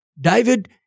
David